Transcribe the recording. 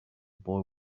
boy